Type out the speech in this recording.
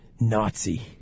Nazi